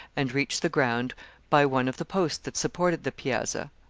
and reach the ground by one of the posts that supported the piazza.